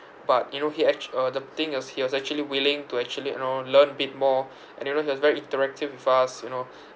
but you know he actua~ uh the thing was he was actually willing to actually you know learn a bit more and you know he was very interactive with us you know